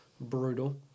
Brutal